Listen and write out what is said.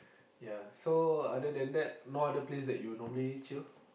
ya so other than that no other place that you normally chill